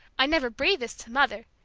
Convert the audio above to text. i'd never breathe this to mother!